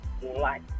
light